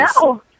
No